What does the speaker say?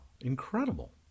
Incredible